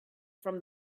from